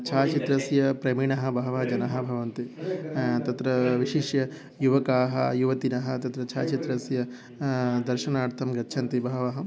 छायाचित्रस्य प्रवीणः बहवः जनाः भवन्ति तत्र विशिष्य युवकाः युवत्यः तत्र छायाचित्रस्य दर्शनार्थं गच्छन्ति बहवः